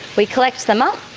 we collect them up,